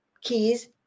keys